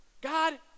God